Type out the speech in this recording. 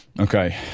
okay